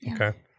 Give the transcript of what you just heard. Okay